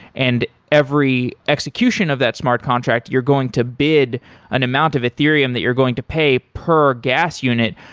and every execution of that smart contract you're going to bid an amount of ethereum that you're going to pay per gas unit.